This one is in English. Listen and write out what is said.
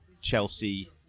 Chelsea